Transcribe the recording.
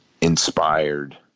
Inspired